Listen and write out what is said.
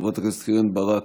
חברת הכנסת קרן ברק,